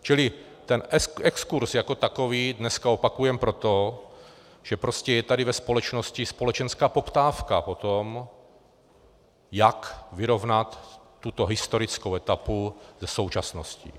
Čili ten exkurz jako takový dneska opakujeme proto, že prostě je tady ve společnosti společenská poptávka po tom, jak vyrovnat tuto historickou etapu se současností.